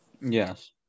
Yes